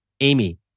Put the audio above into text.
Amy